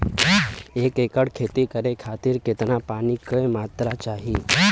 एक एकड़ खेती करे खातिर कितना पानी के मात्रा चाही?